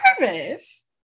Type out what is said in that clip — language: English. Nervous